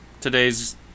today's